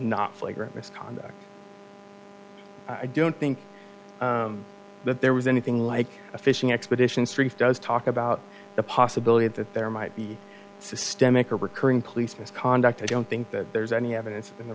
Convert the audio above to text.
not flagrant misconduct i don't think that there was anything like a fishing expedition does talk about the possibility that there might be systemic or recurring police misconduct i don't think that there's any evidence in the